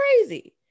crazy